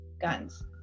guns